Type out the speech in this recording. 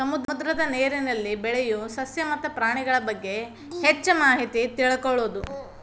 ಸಮುದ್ರದ ನೇರಿನಲ್ಲಿ ಬೆಳಿಯು ಸಸ್ಯ ಮತ್ತ ಪ್ರಾಣಿಗಳಬಗ್ಗೆ ಹೆಚ್ಚ ಮಾಹಿತಿ ತಿಳಕೊಳುದು